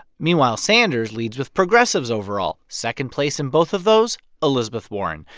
meanwhile, sanders leads with progressives overall. second place in both of those elizabeth warren.